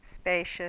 spacious